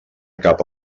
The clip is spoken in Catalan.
cap